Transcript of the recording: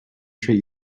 treat